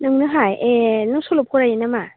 नोंनोहाय ए नों सल' फरायो नामा